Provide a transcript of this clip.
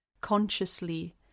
consciously